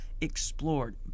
explored